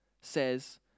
says